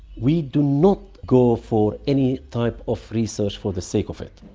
we do not go for any type of research for the sake of it.